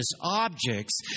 objects